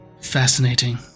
fascinating